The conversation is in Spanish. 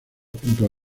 puntos